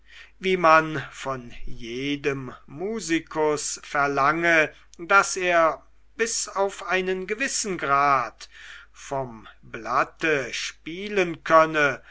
wie man von jedem musikus verlange daß er bis auf einen gewissen grad vom blatte spielen könne